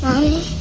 Mommy